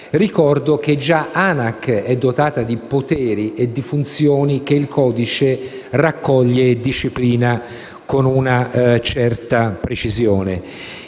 ricordo che già l'ANAC è dotata di poteri e funzioni che il codice raccoglie e disciplina con una certa precisione: